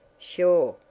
sure!